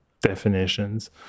definitions